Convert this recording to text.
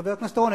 חבר הכנסת אורון,